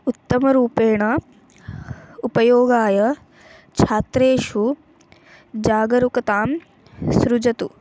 उत्तमरूपेण उपयोगाय छात्रेषु जागरुकतां सृजतु